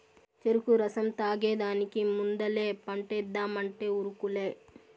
చెరుకు రసం తాగేదానికి ముందలే పంటేద్దామంటే ఉరుకులే